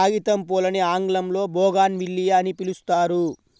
కాగితంపూలని ఆంగ్లంలో బోగాన్విల్లియ అని పిలుస్తారు